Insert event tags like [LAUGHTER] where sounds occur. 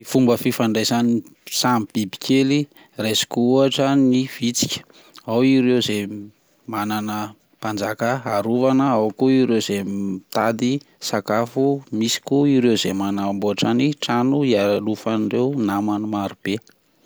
Fomba fifandraisany samy biby kely, raisiko ohatra ny vitsika ao ireo zay [HESITATION] manana mpanjaka harovana ao koa ireo [HESITATION] zay mitady sakafo ,misy koa ireo zay manaboatra ny trano helofandreo namany maro be.